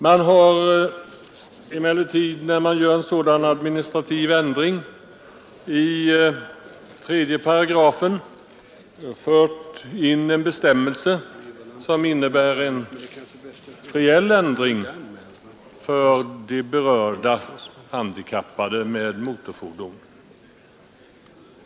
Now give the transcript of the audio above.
Man har emellertid, när man gjort en sådan administrativ ändring i 3 §, fört in en bestämmelse som innebär en reell ändring för de berörda handikappade med motorfordon.